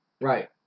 Right